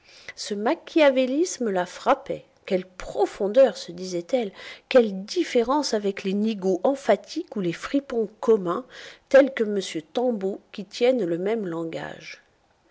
ce machiavélisme la frappait quelle profondeur se disait-elle quelle différence avec les nigauds emphatiques ou les fripons communs tels que m tanbeau qui tiennent le même langage